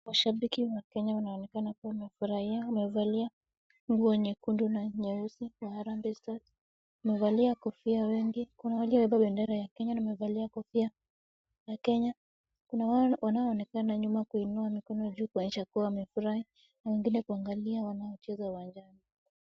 Mashabiki wa Kenya wanaonekana kuwa wamefurahia, wamevalia nguo nyekundu na nyeusi wa Harambee star , wamevalia kofia wengi, kuna waliobeba bendera ya Kenya na wamevalia kofia ya Kenya. Kuna wanaonekana nyuma kuinua mikono juu kuonyesha kuwa wamefurahi na wengine kuangalia wanaocheza uwanjani.